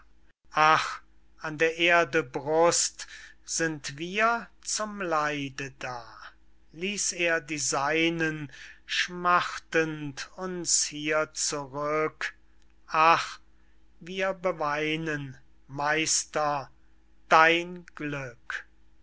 an der erde brust sind wir zum leide da ließ er die seinen schmachtend uns hier zurück ach wir beweinen meister dein glück